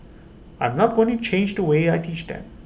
I'm not going to change the way I teach them